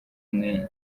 umwe